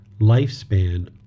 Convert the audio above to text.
lifespan